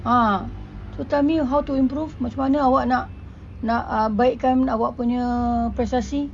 ah so tell me how to improve macam mana awak nak nak ah nak baikkan awak punya prestasi